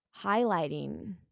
highlighting